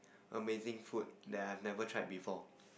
amazing food that I have never tried before